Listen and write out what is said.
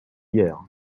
hier